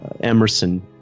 Emerson